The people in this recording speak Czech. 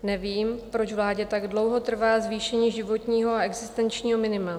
Nevím, proč vládě tak dlouho trvá zvýšení životního a existenčního minima.